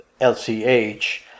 LCH